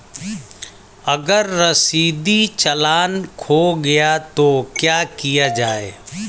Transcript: अगर रसीदी चालान खो गया तो क्या किया जाए?